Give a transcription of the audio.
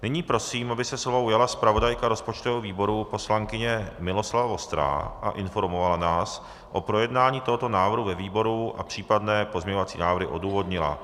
Nyní prosím, aby se slova ujala zpravodajka rozpočtového výboru poslankyně Miloslava Vostrá a informovala nás o projednání tohoto návrhu ve výboru a případné pozměňovací návrhy odůvodnila.